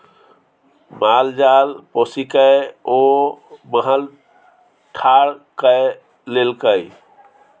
माल जाल पोसिकए ओ महल ठाढ़ कए लेलकै